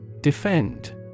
Defend